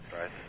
right